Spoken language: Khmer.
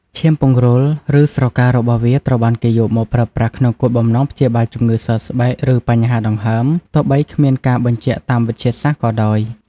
ឈាមពង្រូល ឬស្រការបស់វាត្រូវបានគេយកមកប្រើប្រាស់ក្នុងគោលបំណងព្យាបាលជំងឺសើស្បែក ឬបញ្ហាដង្ហើម ទោះបីគ្មានការបញ្ជាក់តាមវិទ្យាសាស្ត្រក៏ដោយ។